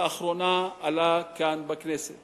לאחרונה עלתה כאן בכנסת